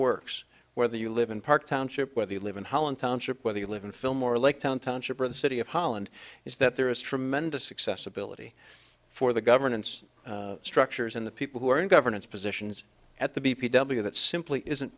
works whether you live in park township whether you live in holland township whether you live in fillmore lake town township or the city of holland is that there is tremendous accessibility for the governance structures and the people who are in governance positions at the b p w that simply isn't